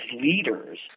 leaders